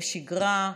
בשגרה,